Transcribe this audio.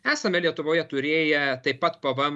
esame lietuvoje turėję taip pat pvm